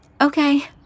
okay